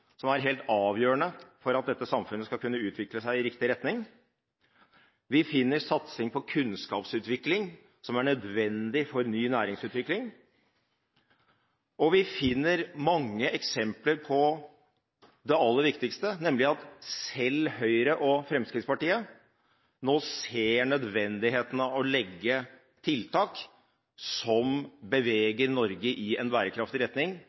som er helt avgjørende for at dette samfunnet skal kunne utvikle seg i riktig retning. Vi finner satsing på kunnskapsutvikling, som er nødvendig for ny næringsutvikling. Og vi finner mange eksempler på det aller viktigste, nemlig at selv Høyre og Fremskrittspartiet nå ser nødvendigheten av å legge tiltak som beveger Norge i en bærekraftig retning,